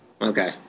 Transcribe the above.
Okay